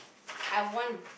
I want